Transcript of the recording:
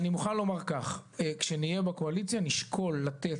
אני מוכן לומר ככה: כשנהיה בקואליציה נשקול לתת